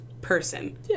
person